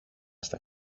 στα